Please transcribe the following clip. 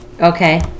Okay